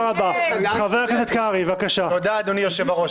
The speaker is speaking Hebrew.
אדוני יושב-הראש,